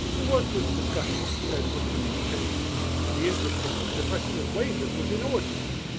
the workmen's discussions, he said, were too timorous the interest they took in the question of wages was inordinate.